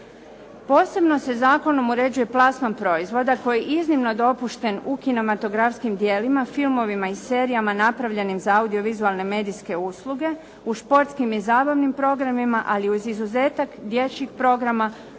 Posebno se zakonom uređuje plasman proizvoda koji je iznimno dopušten u kinematografskim djelima, filmovima i serijama napravljenim za audio-vizualne medijske usluge u športskim i zabavnim programima, ali uz izuzetak dječjih programa